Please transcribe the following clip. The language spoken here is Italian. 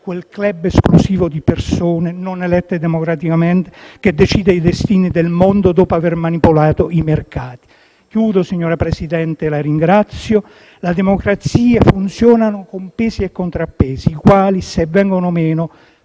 quel club esclusivo di persone non elette democraticamente che decide i destini del mondo dopo aver manipolato i mercati. Chiudo, signor Presidente, ringraziandola: le democrazie funzionano con pesi e contrappesi, i quali, se vengono meno,